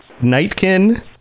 Nightkin